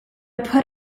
put